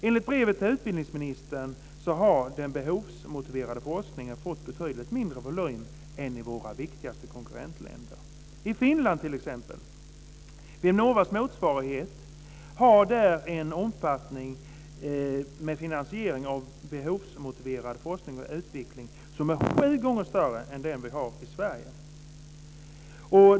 Enligt brevet till utbildningsministern har den behovsmotiverade forskningen fått en betydligt mindre volym jämfört med hur det är i våra viktigaste konkurrentländer. I Finland t.ex. omfattar Vinnovas motsvarighet när det gäller finansiering av behovsmotiverad forskning och utveckling sju gånger mer jämfört med hur det är i Sverige.